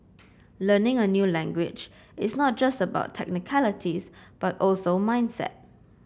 learning a new language is not just about technicalities but also mindset